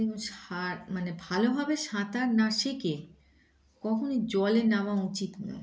সার মানে ভালোভাবে সাঁতার না শেখে কখনই জলে নেওয়া উচিত নয়